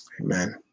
Amen